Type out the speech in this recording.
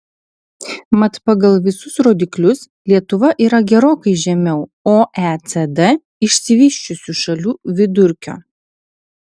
mat pagal visus rodiklius lietuva yra gerokai žemiau oecd išsivysčiusių šalių vidurkio